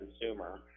consumer